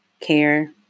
care